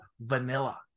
Vanilla